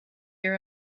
your